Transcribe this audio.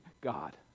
God